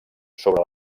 sobre